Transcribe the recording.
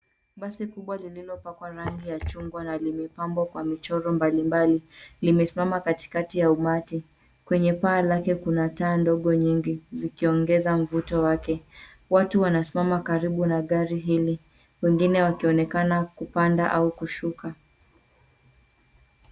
Basi kubwa lililopakwa rangi ya chungwa na limepambwa kwa michoro mbalimbali, limesimama katikati ya ummati. Kwenye paa lake kuna taa ndogo nyingi zikiongeza mvuto wake. Watu wanasimama karibu na gari hili wengine wakionekana kupanda au kushuka.